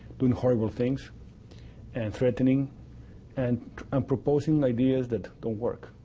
doing horrible things and threatening and um proposing ideas that don't work.